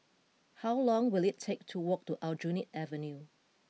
how long will it take to walk to Aljunied Avenue